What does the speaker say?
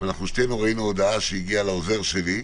שנינו ראינו הודעה שהגיעה לעוזר שלי,